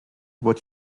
what